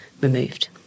removed